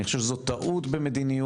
אני חושב שזאת טעות במדיניות,